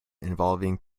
involving